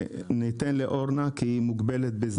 כי היא מוגבלת בזמן.